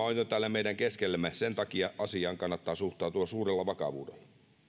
on jo täällä meidän keskellämme sen takia asiaan kannattaa suhtautua suurella vakavuudella